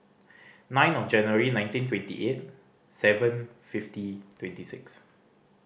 nine of January nineteen twenty eight seven fifty twenty six